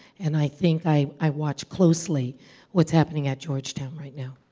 and i think i watch closely what's happening at georgetown right now.